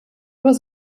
was